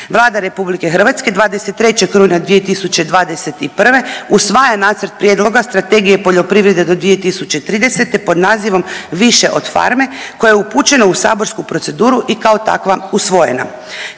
Vlada RH 23. rujna 2021. usvaja nacrt prijedloga Strategije poljoprivrede do 2030. pod nazivom „Više od farme“ koja je upućena u saborsku proceduru i kao takva usvojena.